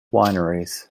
wineries